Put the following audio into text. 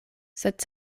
sed